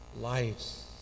lives